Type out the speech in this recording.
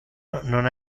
non